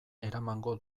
eramango